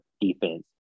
defense